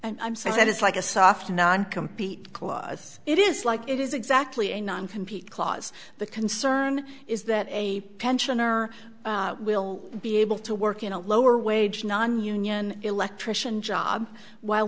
speak i'm saying that it's like a soft non compete clause it is like it is exactly a non compete clause the concern is that a pensioner will be able to work in a lower wage nonunion electrician job while